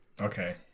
okay